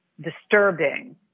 disturbing